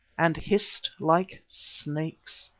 and hissed like snakes.